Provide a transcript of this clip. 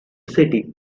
city